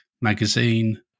magazine